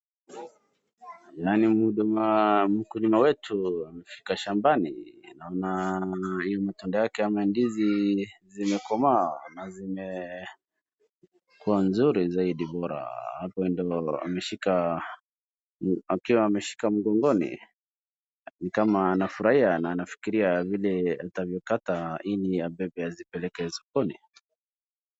naona mkulima wetu amefika shambani na mti wake wa mandizi zimekomaa na zimekuwa nzuri zaidi bora akiwa ameshika mgongoni ni kama amefurahia na akifikiria vile atazikata ili abebe azipeleke sokoni